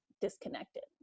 disconnected